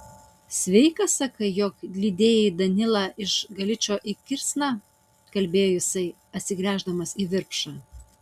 sveikas sakai jog lydėjai danylą iš galičo į kirsną kalbėjo jisai atsigrįždamas į virpšą